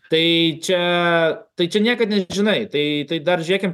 tai čia tai čia niekad nežinai tai tai dar žiūrėkim